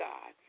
God